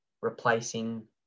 replacing